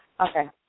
Okay